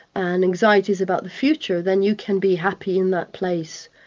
and anxieties about the future, then you can be happy in that place.